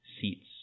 seats